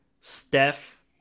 Steph